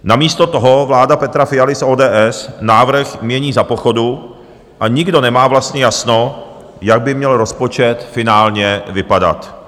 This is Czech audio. Namísto toho vláda Petra Fialy z ODS návrh mění za pochodu a nikdo nemá vlastně jasno, jak by měl rozpočet finálně vypadat.